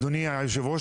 אדוני היושב-ראש,